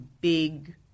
big